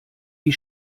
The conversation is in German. die